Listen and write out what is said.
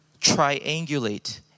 Triangulate